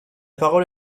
parole